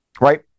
Right